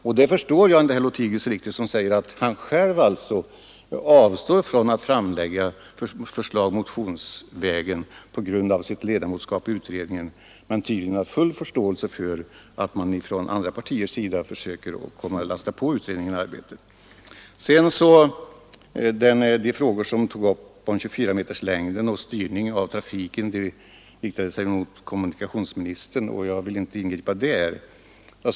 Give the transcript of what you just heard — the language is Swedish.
Jag förstår inte herr Lothigius som säger att han själv avstår från att lägga fram förslag motionsvägen på grund av sitt ledamotskap i utredningen men tydligen har full förståelse för att man från andra partiers sida försöker lasta på utredningen arbete. Det spörsmål som togs upp när det gäller 24-meterslängden och styrning av trafiken riktade sig mot kommunikationsministern, och jag vill inte ingripa därvidlag.